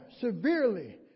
severely